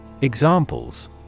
Examples